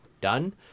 done